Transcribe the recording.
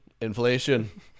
Inflation